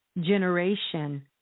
generation